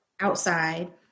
outside